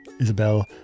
Isabel